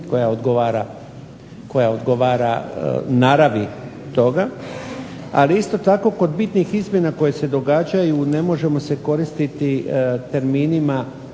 koja odgovara naravi toga. Ali isto tako kod bitnih izmjena koje se događaju ne možemo se koristiti terminima